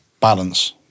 balance